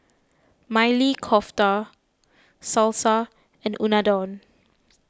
Maili Kofta Salsa and Unadon